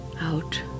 out